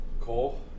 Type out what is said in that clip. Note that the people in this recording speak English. Cole